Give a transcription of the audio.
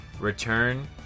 Return